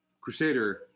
Crusader